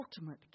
ultimate